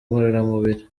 ngororamubiri